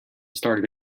started